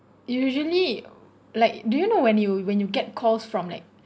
usually like do you know when you when you get calls from like